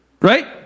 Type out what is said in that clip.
Right